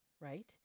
right